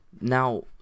Now